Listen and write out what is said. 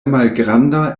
malgranda